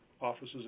offices